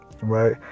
right